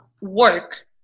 work